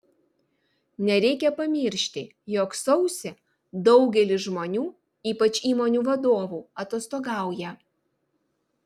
nereikia pamiršti jog sausį daugelis žmonių ypač įmonių vadovų atostogauja